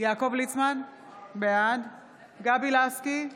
יעקב ליצמן, בעד גבי לסקי,